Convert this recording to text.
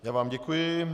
Já vám děkuji.